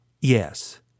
Yes